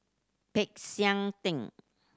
Peck San Theng